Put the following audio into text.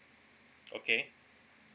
okay